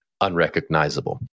unrecognizable